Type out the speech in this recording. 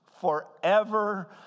forever